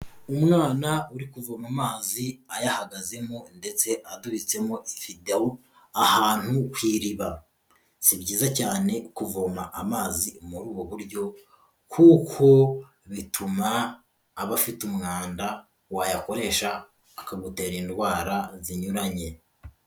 Umwana uri kuvoma amazi ayahagazemo ndetse adubitsemo ibido ahantu kw'iriba, si byiza cyane kuvoma amazi muri ubu buryo kuko bituma aba afite umwanda wayakoresha akagutera indwara zinyuranye.